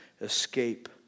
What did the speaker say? escape